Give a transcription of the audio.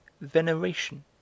veneration